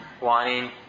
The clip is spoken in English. wanting